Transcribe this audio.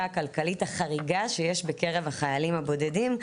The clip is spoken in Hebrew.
הכלכלית החריגה שיש בקרב החיילים הבודדים,